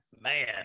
Man